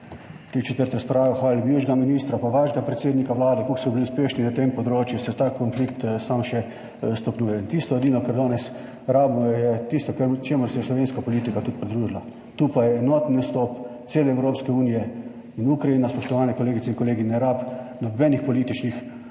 tri četrt razprave hvalili bivšega ministra, pa vašega predsednika Vlade, kako so bili uspešni na tem področju, se ta konflikt samo še stopnjuje. In tisto edino, kar danes rabimo, je tisto čemur se je slovenska politika tudi pridružila, to pa je enoten nastop cele Evropske unije in Ukrajina, spoštovane kolegice in kolegi, ne rabi nobenih političnih